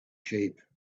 sheep